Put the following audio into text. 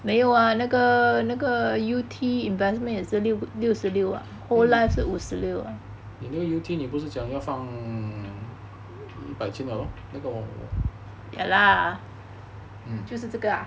你那个 yew tee investment 不是讲要放一百千了 lor 那个我